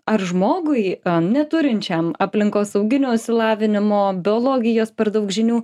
ar žmogui neturinčiam aplinkosauginio išsilavinimo biologijos per daug žinių